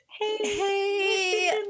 Hey